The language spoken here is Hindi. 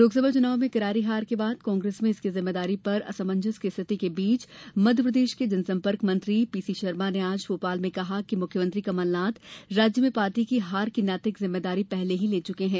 लोकसभा चुनाव में करारी हार के बाद कांग्रेस में इसकी जिम्मेदारी पर असमंजस की रिथिति के बीच मध्यप्रदेश के जनसंपर्क मंत्री पी सी शर्मा ने आज भोपाल में कहा कि मुख्यमंत्री कमलनाथ ने राज्य में पार्टी की हार की नैतिक जिम्मेदारी पहले ही ले चुकें हैं